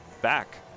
back